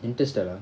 interstellar